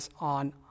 on